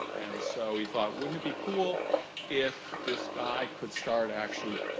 and, so, he thought, wouldn't it be cool if this guy could start, actually,